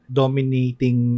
dominating